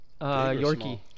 Yorkie